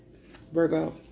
Virgo